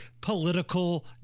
political